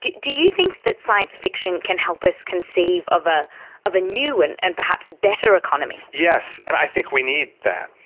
do do you think that science fiction can help us conceive of ah of a new and and perhaps better economy? yes, and i think we need to that.